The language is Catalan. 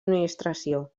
administració